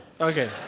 Okay